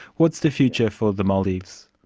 what's the future for the maldives?